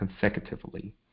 consecutively